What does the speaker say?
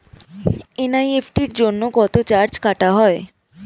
NEFT জন্য কত charge কাটা হয়?